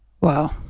Wow